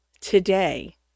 Today